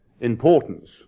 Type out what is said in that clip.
importance